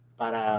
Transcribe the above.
para